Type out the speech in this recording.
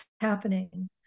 happening